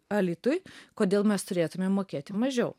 alytuj kodėl mes turėtumėm mokėti mažiau